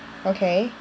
okay